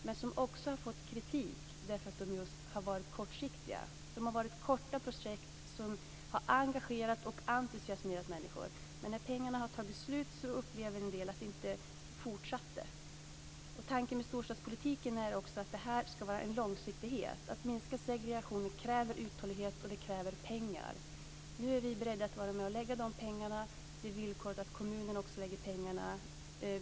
Men det har också kommit kritik just därför att åtgärderna varit kortsiktiga. Det har varit korta projekt som har engagerat och entusiasmerat människor. Men när pengarna tagit slut upplever en del att det inte fortsatte. Tanken med storstadspolitiken är också att här ha en långsiktighet. Att minska segregationen är något som kräver både uthållighet och pengar. Vi är beredda att vara med och lägga de pengarna. Villkoret är att också kommunerna lägger pengar.